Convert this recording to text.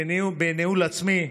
בניהול עצמי.